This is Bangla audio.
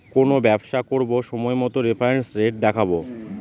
কোনো ব্যবসা করবো সময় মতো রেফারেন্স রেট দেখাবো